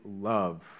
love